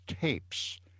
tapes